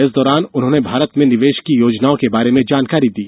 इस दौरान उन्होंने भारत में निवेश की योजनाओं के बारे में जानकारी दी